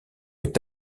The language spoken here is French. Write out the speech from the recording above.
est